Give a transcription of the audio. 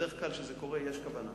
בדרך כלל, כשזה קורה, יש כוונה.